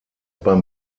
beim